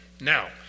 Now